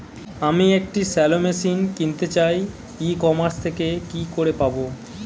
আমি একটি shallow machine কিনতে চাই ই কমার্স থেকে কি করে পাবো?